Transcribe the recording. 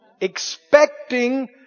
Expecting